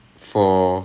oh my